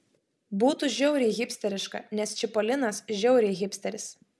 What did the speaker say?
būtų žiauriai hipsteriška nes čipolinas žiauriai hipsteris